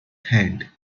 head